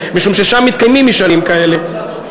משום ששם מתקיימים משאלים כאלה.